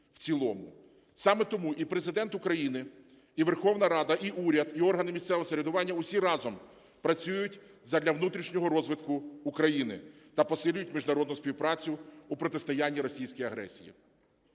Саме тому і Президент України, і Верховна Рада, і уряд, і органи місцевого самоврядування, усі разом працюють задля внутрішнього розвитку України та посилюють міжнародну співпрацю у протистоянні російській агресії.